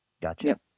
Gotcha